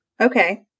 Okay